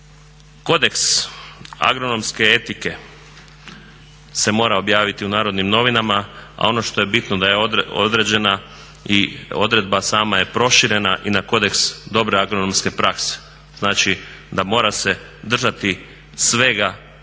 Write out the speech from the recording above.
Kodeks agronomske etike se mora objaviti u Narodnim novinama, a ono što je bitno da je određena i odredba sama je proširena i na kodeks dobre agronomske prakse. Znači da mora se držati svega